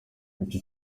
iki